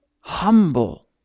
humble